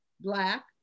Black